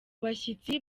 bashyitsi